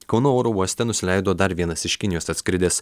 kauno oro uoste nusileido dar vienas iš kinijos atskridęs